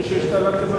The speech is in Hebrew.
השתלטתם,